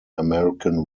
american